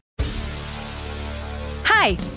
Hi